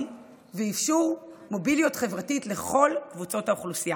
ולאפשר מוביליות חברתית לכל קבוצות האוכלוסייה.